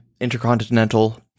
Intercontinental